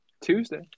Tuesday